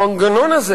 המנגנון הזה